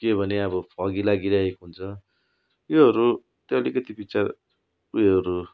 के भने अब फगी लागिरहेको हुन्छ योहरू चाहिँ आलिकति विचार उयोहरू